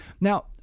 Now